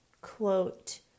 quote